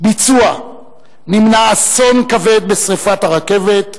הביצוע שלו נמנע אסון כבד בשרפת הרכבת,